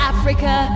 Africa